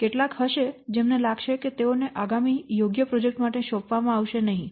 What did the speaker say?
કેટલાક હશે જેમને લાગશે કે તેઓને આગામી યોગ્ય પ્રોજેક્ટ માટે સોંપવામાં આવશે નહીં